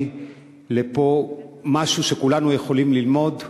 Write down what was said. לפה משהו שכולנו יכולים ללמוד ממנו.